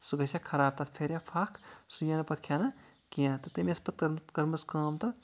سُہ گژھِ ہا خراب تَتھ پھیرِ ہا پھکھ سُہ یی ہا نہٕ پَتہٕ کھٮ۪نہٕ کیٚنٛہہ تہٕ تٔمۍ ٲس پَتہٕ کٔرمٕژ کٲم تَتھ